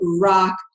rock